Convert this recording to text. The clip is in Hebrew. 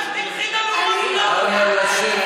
אנא, לשבת.